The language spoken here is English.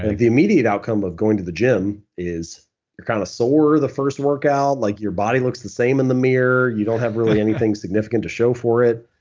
like the immediate outcome of going to the gym is you're kind of sore the first workout. like your body looks the same in the mirror. you don't have really anything significant to show for it.